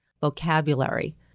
vocabulary